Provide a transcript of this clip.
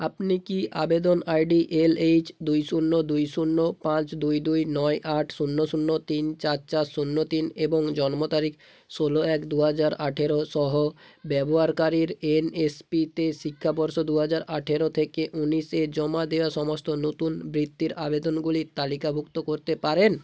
আপনি কি আবেদন আইডি এলএইচ দুই শূন্য দুই শূন্য পাঁচ দুই দুই নয় আট শূন্য শূন্য তিন চার চার শূন্য তিন এবং জন্ম তারিখ ষোলো এক দু হাজার আঠেরো সহ ব্যবহারকারীর এনএসপিতে শিক্ষাবর্ষ দু হাজার আঠেরো থেকে উনিশে জমা দেওয়া সমস্ত নতুন বৃত্তির আবেদনগুলি তালিকাভুক্ত করতে পারেন